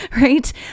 right